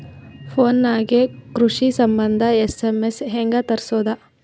Phone ನಾಗೆ ಕೃಷಿ ಸಂಬಂಧ ಎಸ್.ಎಮ್.ಎಸ್ ಹೆಂಗ ತರಸೊದ?